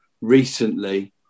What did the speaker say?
recently